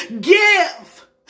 Give